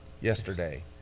yesterday